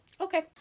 Okay